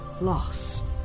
loss